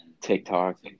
tiktok